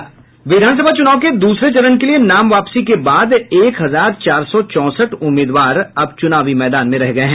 विधानसभा चुनाव के दूसरे चरण के लिये नाम वापसी के बाद एक हजार चार सौ चौसठ उम्मीदवार चुनावी मैदान में है